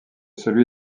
celui